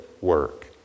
work